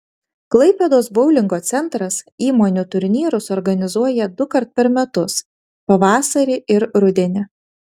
klaipėdos boulingo centras įmonių turnyrus organizuoja dukart per metus pavasarį ir rudenį